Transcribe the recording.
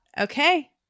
Okay